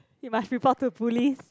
you must report to police